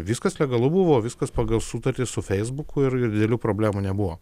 viskas legalu buvo viskas pagal sutartį su feisbuku ir ir didelių problemų nebuvo